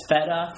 Feta